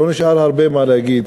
לא נשאר הרבה מה להגיד.